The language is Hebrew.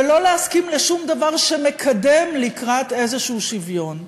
ולא להסכים לשום דבר שמקדם לקראת שוויון כלשהו.